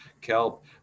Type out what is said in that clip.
kelp